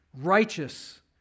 Righteous